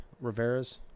Rivera's